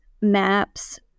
maps